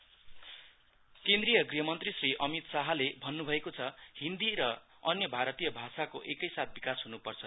हिन्दी केन्द्रिय घ्रह मन्त्री श्री अमित साहले भन्नुभएको च हिन्दी र अन्य भारतीय भाषाको एकैसाथ विकास हुनुपर्छ